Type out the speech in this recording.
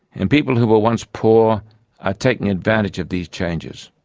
and people who were once poor are taking advantage of these changes.